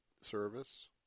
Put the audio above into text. service